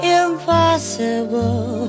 impossible